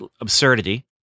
absurdity